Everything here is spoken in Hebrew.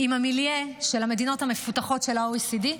עם המיליה של המדינות המפותחות של ה-OECD.